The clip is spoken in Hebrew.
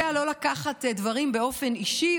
יודע לא לקחת דברים באופן אישי,